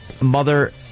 mother